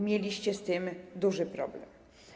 Mieliście z tym duży problem.